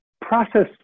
process